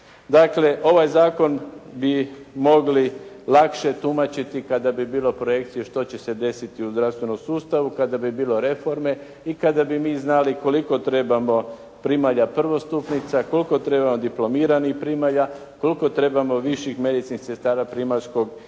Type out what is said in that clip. Dakle ovaj zakon bi mogli lakše tumačiti kada bi bilo projekcije što će se desiti u zdravstvenom sustavu, kada bi bilo reforme i kada bi mi znali koliko trebamo primalja prvostupnica, koliko trebamo diplomiranih primalja, koliko trebamo viših medicinskih sestara primaljskog i